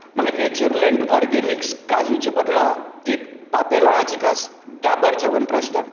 म्हाका nature land organics काजुचे बदला एक पापेलावाची कास डाबर च्यवनप्राश धाड